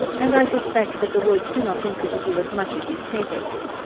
and i suspect that the woods do not interest you as much as you say they do.